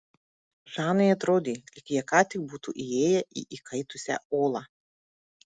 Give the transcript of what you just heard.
žanai atrodė lyg jie ką tik būtų įėję į įkaitusią olą